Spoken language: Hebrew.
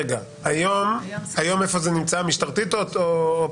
היום איפה זה נמצא, משטרתית או פרקליטות?